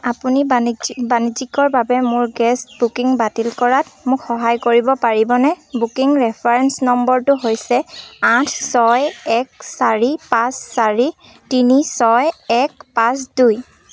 আপুনি বাণিজ্যিক বাণিজ্যিকৰ বাবে মোৰ গেছ বুকিং বাতিল কৰাত মোক সহায় কৰিব পাৰিবনে বুকিং ৰেফাৰেঞ্চ নম্বৰটো হৈছে আঠ ছয় এক চাৰি পাঁচ চাৰি তিনি ছয় এক পাঁচ দুই